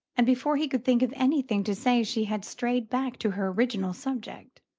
and before he could think of anything to say she had strayed back to her original subject.